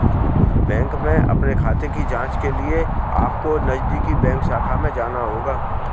bank में अपने खाते की जांच के लिए अपको नजदीकी बैंक शाखा में जाना होगा